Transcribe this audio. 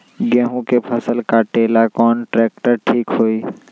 गेहूं के फसल कटेला कौन ट्रैक्टर ठीक होई?